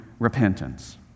Repentance